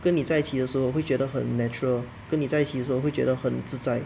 跟你在一起的时候会觉得很 natural 跟你在一起的时后会觉得很自在